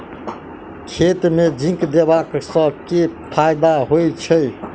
खेत मे जिंक देबा सँ केँ फायदा होइ छैय?